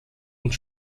und